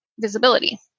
visibility